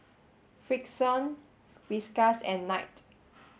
Frixion Whiskas and Knight